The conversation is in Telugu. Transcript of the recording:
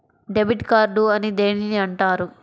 డెబిట్ కార్డు అని దేనిని అంటారు?